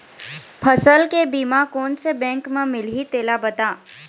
फसल के बीमा कोन से बैंक म मिलही तेला बता?